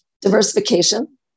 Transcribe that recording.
diversification